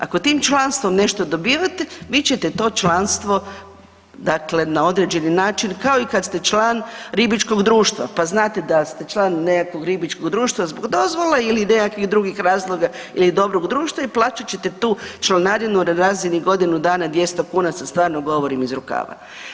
Ako tim članstvom nešto dobivate vi ćete to članstvo dakle na određeni način kao i kad ste član ribičkog društva pa znate da ste član nekakvog ribičkog društva zbog dozvole ili nekakvih drugih razloga ili dobrog društva i plaćat ćete tu članarinu na razini godinu dana 200 kuna, sad stvarno govorim iz rukava.